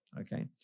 Okay